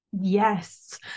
Yes